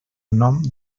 nom